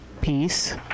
peace